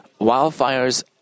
wildfires